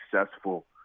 successful